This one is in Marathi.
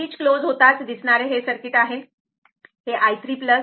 स्विच क्लोज्ड होताच दिसणारे हे सर्किट आहे